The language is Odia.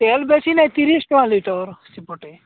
ତେଲ ବେଶୀ ନାହିଁ ତିରିଶ ଟଙ୍କା ଲିଟର